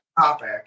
topic